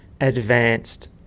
advanced